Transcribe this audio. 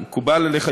אם מקובל עליך,